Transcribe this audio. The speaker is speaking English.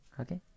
Okay